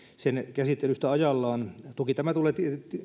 sen käsittelystä ajallaan toki tämä tulee